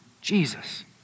Jesus